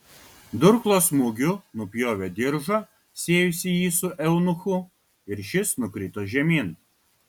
durklo smūgiu nupjovė diržą siejusį jį su eunuchu ir šis nukrito žemyn